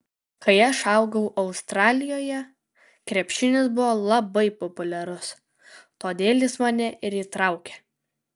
kai aš augau australijoje krepšinis buvo labai populiarus todėl jis mane ir įtraukė